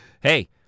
hey